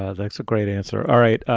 ah that's a great answer. all right.